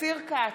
אופיר כץ,